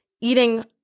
eating